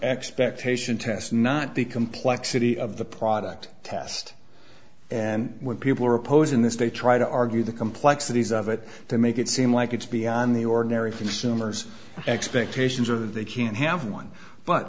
expectation test not the complexity of the product test and when people are opposing this they try to argue the complexities of it to make it seem like it's beyond the ordinary consumers expectations or they can't have one but